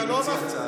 אתה לא מפנים,